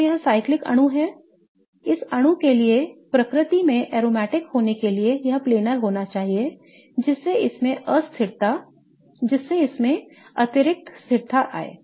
तो यह एक चक्रीय अणु है इस अणु के लिए प्रकृति में aromatic होने के लिए यह planar होना चाहिए जिससे इसमें अतिरिक्त स्थिरता आए